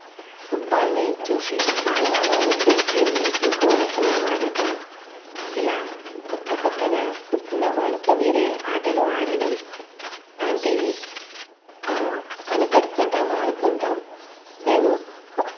ఫుట్బాల్ని చూసి బాల్ లాగా ఉండే గేమ్ని ఇంకో రకంగా వాడటం ఇలా క్రొత్త క్రొత్తగా ఉన్న బాలుతో వేరే ఆటలు ఆడడం లాంటివి కనిపెడుతుంటాము ఆడుతుంటాము నేను